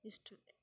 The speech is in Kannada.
ಇಷ್ಟು